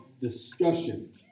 discussion